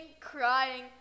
crying